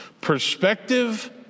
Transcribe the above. Perspective